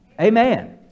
Amen